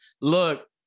Look